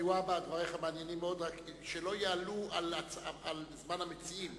דבריך מעניינים מאוד, רק שלא יעלו על זמן המציעים.